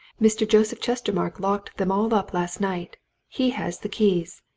mr. joseph chestermarke locked them all up last night he has the keys.